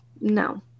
No